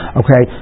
okay